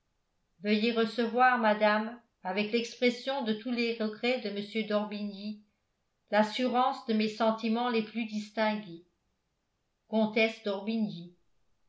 veuillez recevoir madame avec l'expression de tous les regrets de m d'orbigny l'assurance de mes sentiments les plus distingués